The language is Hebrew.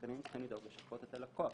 שהשחקנים צריכים לשפות את הלקוח.